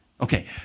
Okay